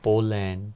Poland